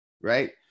right